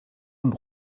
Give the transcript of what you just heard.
und